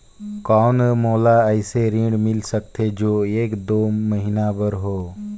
कौन मोला अइसे ऋण मिल सकथे जो एक दो महीना बर हो?